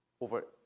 over